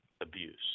abuse